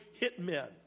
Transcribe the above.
hitmen